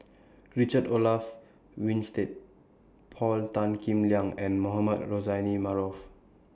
Richard Olaf Winstedt Paul Tan Kim Liang and Mohamed Rozani Maarof